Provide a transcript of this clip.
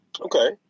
Okay